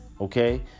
Okay